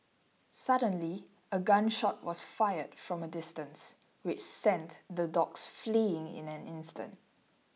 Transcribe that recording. suddenly a gun shot was fired from a distance which sent the dogs fleeing in an instant